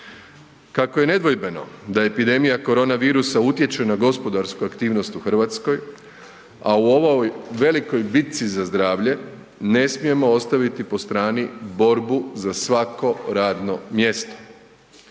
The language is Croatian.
Kako je nedvojbeno da epidemija korona virusa utječe na gospodarsku aktivnost u Hrvatskoj, a u ovoj velikoj bitci za zdravlje ne smijemo ostaviti po strani borbu za svako radno mjesto.